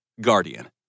Guardian